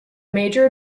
major